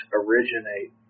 originate